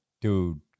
dude